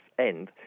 end